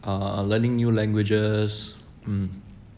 ah learning new languages um